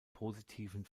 positiven